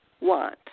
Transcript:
want